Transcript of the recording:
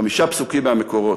חמישה פסוקים מהמקורות: